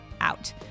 out